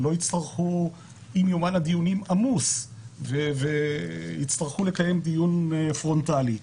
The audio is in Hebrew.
שאם יומן הדיונים עמוס ויצטרכו לקיים דיון פרונטלי.